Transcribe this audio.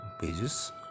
pages